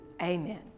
Amen